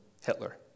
Hitler